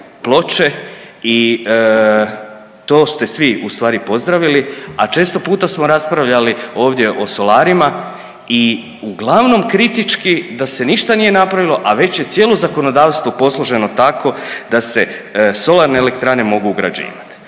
ploče i to ste svi ustvari pozdravili, a često puta smo raspravljali ovdje o solarima i uglavnom kritički da se ništa nije napravilo, a već je cijelo zakonodavstvo posloženo tako da se solarne elektrane mogu ugrađivati.